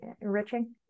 enriching